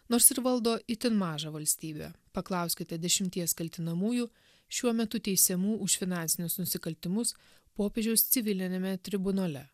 nors ir valdo itin mažą valstybę paklauskite dešimties kaltinamųjų šiuo metu teisiamų už finansinius nusikaltimus popiežiaus civiliniame tribunole